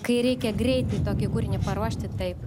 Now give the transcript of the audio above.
kai reikia greitai tokį kūrinį paruošti taip